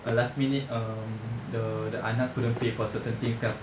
err last minute um the the anak couldn't pay for certain things kan